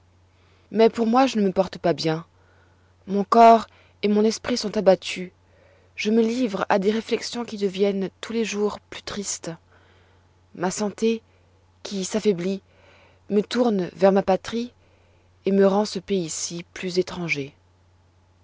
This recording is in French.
mais pour moi je ne me porte pas bien mon corps et mon esprit sont abattus je me livre à des réflexions qui deviennent tous les jours plus tristes ma santé qui s'affaiblit me tourne vers ma patrie et me rend ce pays-ci plus étranger